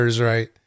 right